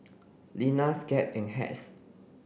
Lenas Gap and Hacks